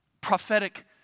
prophetic